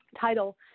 title